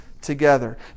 together